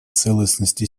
целостности